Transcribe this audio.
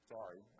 Sorry